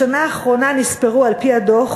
בשנה האחרונה נספרו על-פי הדוח